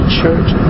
church